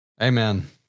Amen